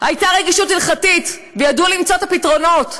הייתה רגישות הלכתית, וידעו למצוא את הפתרונות.